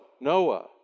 Noah